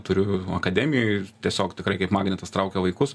turiu akademijoj tiesiog tikrai kaip magnetas traukia vaikus